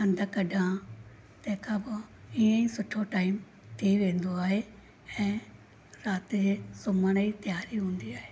हंधि कढा तंहिंखां पोइ ईअं सुठो टाइम थी वेंदो आहे ऐं राति जे सुम्हण जी तयारी हूंदी आहे